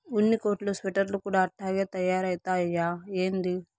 ఉన్ని కోట్లు స్వెటర్లు కూడా అట్టాగే తయారైతయ్యా ఏంది